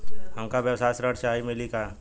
हमका व्यवसाय ऋण चाही मिली का?